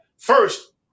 First